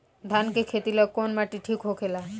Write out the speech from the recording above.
धान के खेती ला कौन माटी ठीक होखेला?